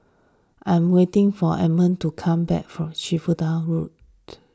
I'm waiting for Edmond to come back from Shenvood Road